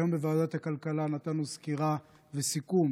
היום בוועדת הכלכלה נתנו סקירה וסיכום